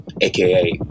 AKA